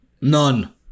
None